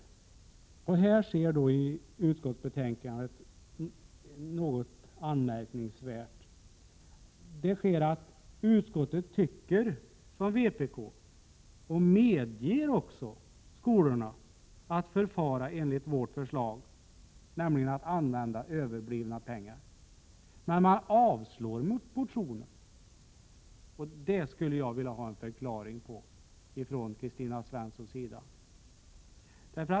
Här sker det något anmärkningsvärda att utskottet tycker som vpk och även medger att skolorna förfar enligt vårt förslag, nämligen använder överblivna pengar. Men utskottet avstyrker motionen. Det skulle jag vilja ha en förklaring till från Kristina Svensson.